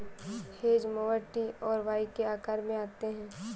hedge mower T और Y के आकार में आते हैं